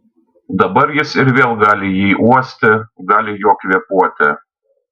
dabar jis ir vėl gali jį uosti gali juo kvėpuoti